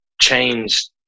change